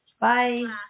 Bye